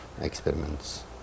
experiments